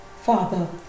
Father